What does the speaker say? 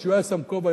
כשהוא היה שם כובע,